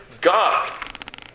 God